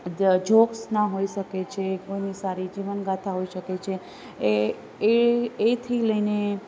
જોક્સના હોઇ શકે છે કોઇની સારી જીવનગાથા હોઇ શકે છે એ એ એથી લઇને